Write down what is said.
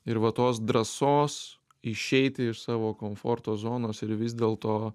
ir va tos drąsos išeiti iš savo komforto zonos ir vis dėl to